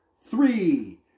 three